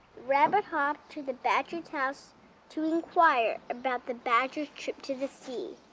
rabbit hopped to the badger's house to inquire about the badger's trip to the sea.